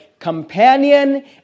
companion